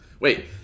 Wait